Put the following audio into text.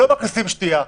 לא מכניסים שתייה.